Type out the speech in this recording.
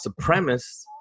supremacists